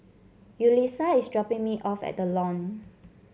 Yulisa is dropping me off at The Lawn